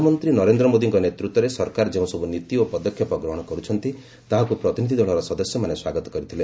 ପ୍ରଧାନମନ୍ତ୍ରୀ ନରେନ୍ଦ୍ର ମୋଦିଙ୍କ ନେତୃତ୍ୱରେ ସରକାର ଯେଉଁସବୁ ନୀତି ଓ ପଦକ୍ଷେପ ଗ୍ରହଣ କରୁଛନ୍ତି ତାହାକୁ ପ୍ରତିନିଧି ଦଳର ସଦସ୍ୟମାନେ ସ୍ୱାଗତ କରିଥିଲେ